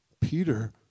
Peter